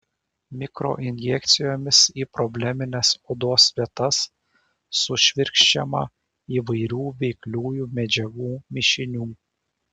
mikroinjekcijomis į problemines odos vietas sušvirkščiama įvairių veikliųjų medžiagų mišinių